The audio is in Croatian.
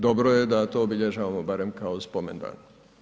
Dobro je da to obilježavamo barem kao spomendan.